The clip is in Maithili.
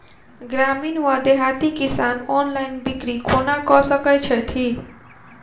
ग्रामीण वा देहाती किसान ऑनलाइन बिक्री कोना कऽ सकै छैथि?